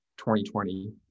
2020